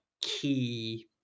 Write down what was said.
key